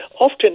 often